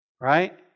Right